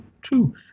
True